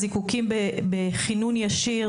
זיקוקים בכינון ישיר,